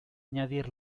añadir